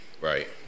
Right